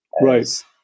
Right